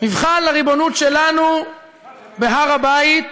מבחן לריבונות שלנו בהר הבית,